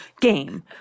game